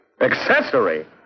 Accessory